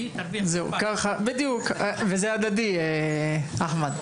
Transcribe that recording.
וזה הדדי, אחמד.